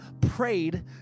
prayed